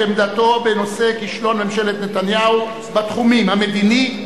עמדתו בנושא כישלון ממשלת נתניהו בתחום המדיני,